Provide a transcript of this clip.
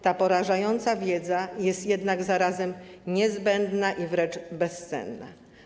Ta porażająca wiedza jest jednak zarazem niezbędna i wręcz bezcenna.